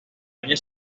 año